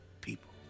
people